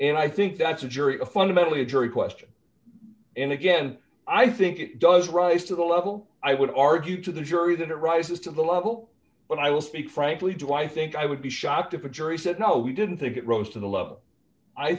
and i think that's a jury a fundamentally a jury question and again i think it does rise to the level i would argue to the jury that it rises to the level when i will speak frankly do i think i would be shocked if a jury said no we didn't think it rose to the